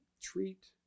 treat